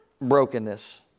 brokenness